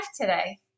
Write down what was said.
today